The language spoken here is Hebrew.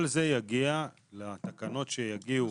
כל זה יגיע לתקנות שיגיעו